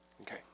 Okay